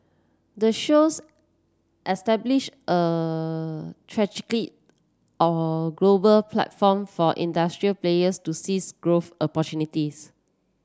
the shows establish a or global platform for industry players to seize growth opportunities